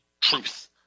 truth